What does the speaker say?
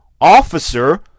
officer